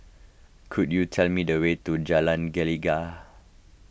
could you tell me the way to Jalan Gelegar